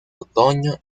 otoño